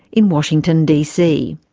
in washington d. c.